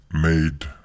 made